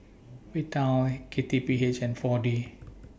Vital K T P H and four D